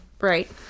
right